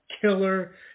killer